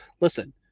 listen